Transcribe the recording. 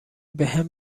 بهم